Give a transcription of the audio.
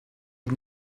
had